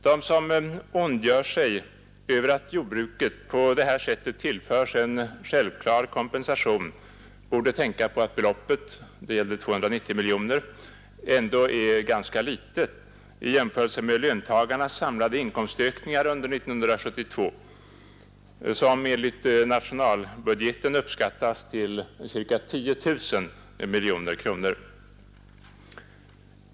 De som ondgör sig över att jordbruket på det här sättet tillförs en självklar kompensation borde tänka på att beloppet — det gällde 290 miljoner — ändå är ganska litet i jämförelse med löntagarnas samlade inkomstökningar under 1972, som enligt nationalbudgeten uppskattas till ca 10 000 miljoner kronor.